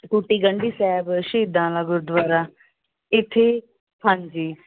ਟੂਟੀ ਗੰਢੀ ਸਾਹਿਬ ਸ਼ਹੀਦਾਂ ਦਾ ਗੁਰਦੁਆਰਾ ਇੱਥੇ ਹਾਂਜੀ